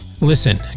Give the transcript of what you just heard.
listen